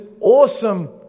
awesome